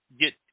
get